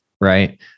right